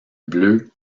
bleu